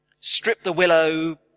strip-the-willow